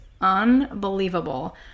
unbelievable